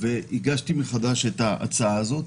הגשתי מחדש את ההצעה הזאת.